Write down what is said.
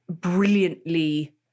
brilliantly